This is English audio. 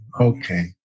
Okay